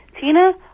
Tina